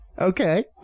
Okay